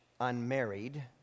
unmarried